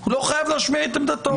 הוא לא חייב להשמיע את עמדתו.